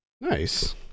Nice